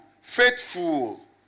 Faithful